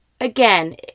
Again